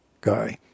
guy